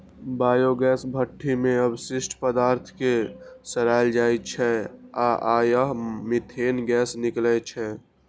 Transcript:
biogas भट्ठी मे अवशिष्ट पदार्थ कें सड़ाएल जाइ छै आ अय सं मीथेन गैस निकलै छै